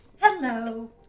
Hello